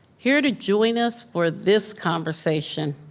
here to join us for this conversation,